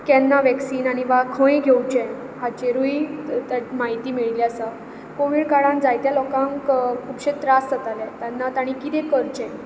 केन्ना वेक्सीन आनी वा खंय घेवचें हाचेरय म्हायती मेळिल्ली आसा कॉवीड काळांत खुबश्या लोकांक त्रास जाताले तेन्ना तांणी कितें करचें